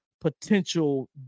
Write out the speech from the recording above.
potential